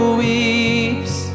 weeps